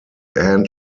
end